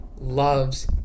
loves